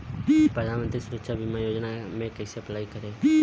प्रधानमंत्री सुरक्षा बीमा योजना मे कैसे अप्लाई करेम?